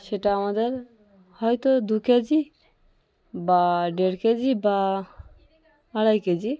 সেটা আমাদের হয়তো দু কে জি বা দেড় কে জি বা আড়াই কে জি